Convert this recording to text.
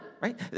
right